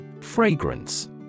Fragrance